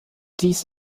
dies